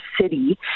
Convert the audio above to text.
city